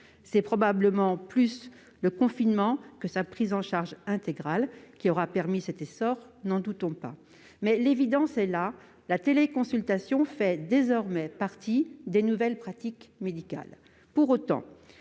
C'est probablement le confinement plus que la prise en charge intégrale qui aura permis cet essor, n'en doutons pas. L'évidence est là : la téléconsultation fait désormais partie des nouvelles pratiques médicales.